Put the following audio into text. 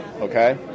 okay